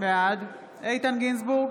בעד איתן גינזבורג,